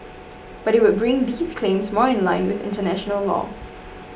but it would bring these claims more in line with international law